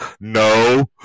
No